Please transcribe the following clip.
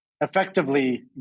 effectively